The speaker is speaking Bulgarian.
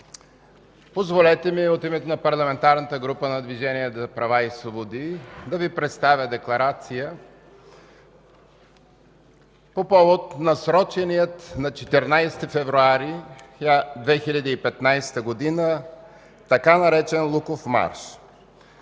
Позволете ми от името на Парламентарната група на Движението за права и свободи да Ви представя: „ДЕКЛАРАЦИЯ по повод насрочения на 14 февруари 2015 г. така наречен „Луков марш”